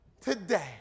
today